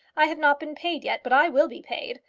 i have not been paid yet, but i will be paid.